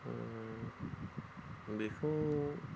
बेखौ